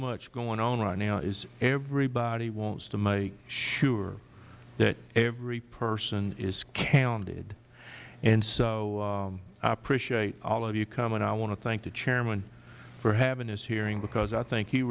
much going on right now is everybody wants to make sure that every person is counted so i appreciate all of you coming i want to thank the chairman for having this hearing because i think he